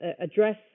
address